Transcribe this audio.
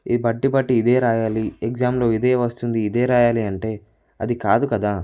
ఇది బట్టి పట్టి ఇదే రాయాలి ఎగ్జామ్లో ఇదే వస్తుంది ఇదే రాయాలి అంటే అది కాదు కదా